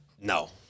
No